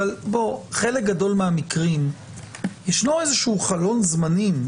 אבל בחלק גדול מהמקרים יש חלון זמנים.